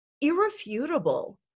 irrefutable